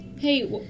Hey